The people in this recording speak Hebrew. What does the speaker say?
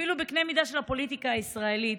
אפילו בקנה מידה של הפוליטיקה הישראלית.